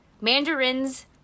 Mandarins